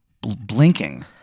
blinking